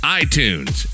iTunes